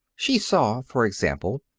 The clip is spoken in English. she saw, for example,